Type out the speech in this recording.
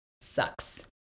sucks